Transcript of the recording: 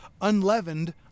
unleavened